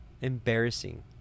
Embarrassing